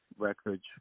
Records